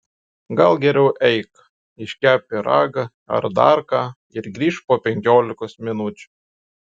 gal geriau eik iškepk pyragą ar dar ką ir grįžk po penkiolikos minučių